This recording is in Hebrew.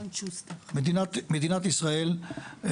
מדינת ישראל,